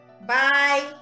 Bye